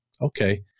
Okay